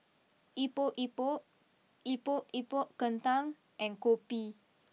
Epok Epok Epok Epok Kentang and Kopi